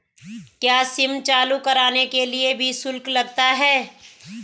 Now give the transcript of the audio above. क्या सिम चालू कराने के लिए भी शुल्क लगता है?